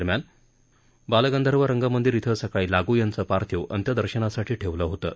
दरम्यान बालगंधर्व रंगमंदिर इथं सकाळी लागू यांचं पार्थिव अंत्यदर्शनासाठी ठेवलं होतं